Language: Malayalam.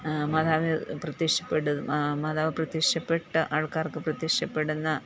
മാതാവ് പ്രത്യക്ഷപ്പെട് മാതാവ് പ്രത്യക്ഷപ്പെട്ട് ആൾക്കാർക്കു പ്രത്യക്ഷപ്പെടുന്ന